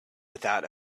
without